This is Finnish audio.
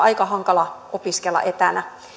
aika hankala opiskella etänä